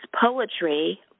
poetry